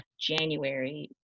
January